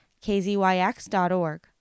kzyx.org